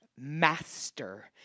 Master